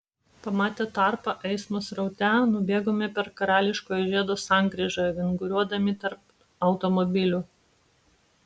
pamatę tarpą eismo sraute nubėgome per karališkojo žiedo sankryžą vinguriuodami tarp automobilių